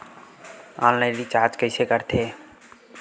Online recharge कइसे करथे?